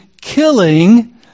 killing